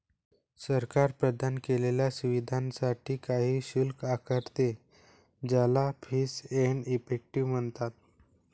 सरकार प्रदान केलेल्या सुविधांसाठी काही शुल्क आकारते, ज्याला फीस एंड इफेक्टिव म्हणतात